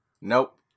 Nope